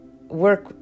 work